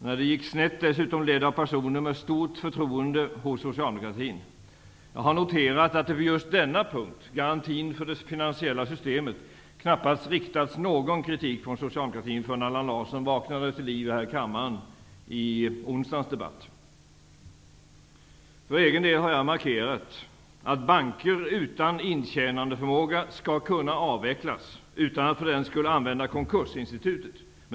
När det gick snett var den dessutom ledd av personer med stort förtroende hos Jag har noterat att det på just denna punkt, garantin för det finansiella systemet, knappast riktats någon kritik från socialdemokratin förrän Allan Larsson vaknade till liv i kammaren i onsdagens debatt. För egen del har jag markerat att banker utan intjänandeförmåga skall kunna avvecklas, utan att man för den skull använder konkursinstitutet.